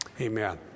Amen